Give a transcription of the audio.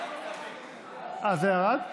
זה ירד?